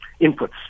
inputs